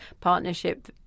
partnership